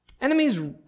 Enemies